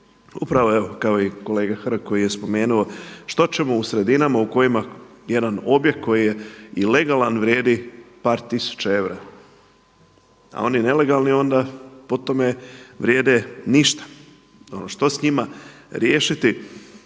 evo kao i kolega Hrg koji je spomenuo što ćemo u sredinama u kojima jedan objekt koji je i legalan vrijedi par tisuća eura, a oni nelegalni po tome onda vrijede ništa. Što s njima riješiti,